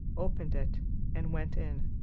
opened it and went in,